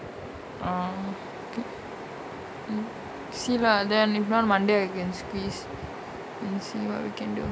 orh see lah then if not monday I can squeeze and see what we can do